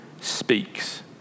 speaks